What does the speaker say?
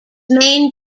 main